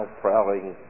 prowling